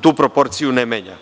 tu proporciju ne menja,